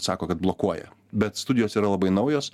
sako kad blokuoja bet studijos yra labai naujos